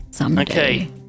Okay